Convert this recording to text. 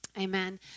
Amen